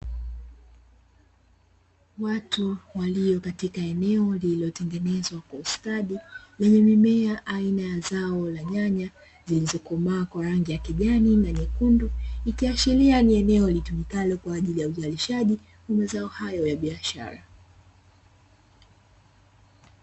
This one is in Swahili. Watu waliokatika eneo lililotengenezwa kwa ustadi lenye mimea ya zao aina ya nyanya, ikiashiria ni eneo litumikalo kwa ajili ya uzalishaji wa mazao hayo ya biashara.